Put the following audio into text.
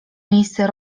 miejsce